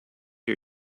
her